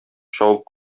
чабып